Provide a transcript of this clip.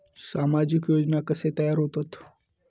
सामाजिक योजना कसे तयार होतत?